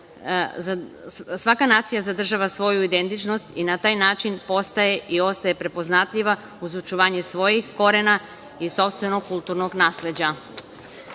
svaka nacija zadržava svoju identičnost i na taj način postaje i ostaje prepoznatljiva uz očuvanje svojih korena i sopstvenog kulturnog nasleđa. Kulturne